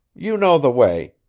you know the way.